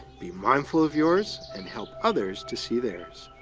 be mindful of yours, and help others to see theirs.